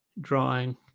drawing